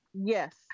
yes